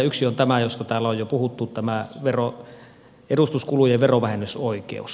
yksi on tämä josta täällä on jo puhuttu edustuskulujen verovähennysoikeus